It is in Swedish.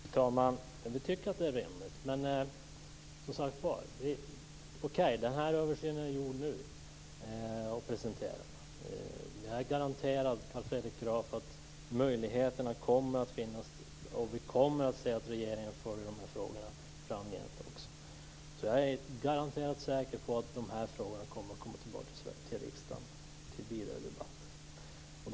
Fru talman! Vi tycker att det är rimligt. Översynen är nu gjord och presenterad. Jag garanterar Carl Fredrik Graf att möjligheterna kommer att finnas, och regeringen följer frågorna framgent. Jag är säker på att dessa frågor kommer tillbaka till riksdagen för vidare debatt.